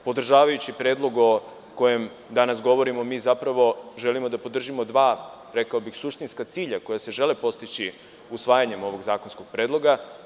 Podržavajući predlog o kojem danas govorimo, mi zapravo želimo da podržimo dva suštinska cilja koja se žele postići usvajanjem ovog zakonskog predloga.